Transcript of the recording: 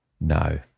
No